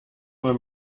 man